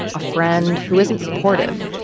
a friend who isn't supportive.